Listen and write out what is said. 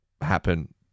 happen